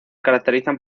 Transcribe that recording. caracterizan